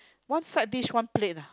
one side dish one plate ah